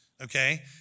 okay